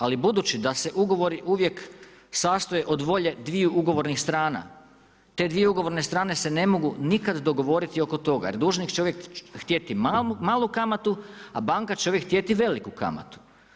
Ali budući da se ugovori uvijek sastoje od volje dviju ugovornih strana te dvije ugovorne strane se ne mogu nikada dogovoriti oko toga jer dužnik će uvijek htjeti malu kamatu, a banka će uvijek htjeti veliku kamatu.